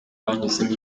banyuzemo